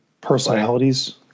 Personalities